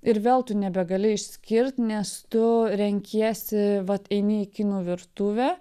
ir vėl tu nebegali išskirt nes tu renkiesi vat eini į kinų virtuvę